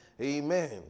Amen